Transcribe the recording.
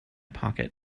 pocket